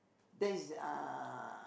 that's uh